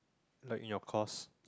like in your course